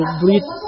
breathe